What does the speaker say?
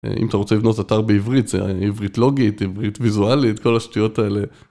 אם אתה רוצה לבנות אתר בעברית, זה עברית לוגית, עברית ויזואלית, כל השטויות האלה.